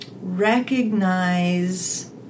recognize